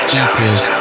equals